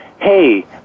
hey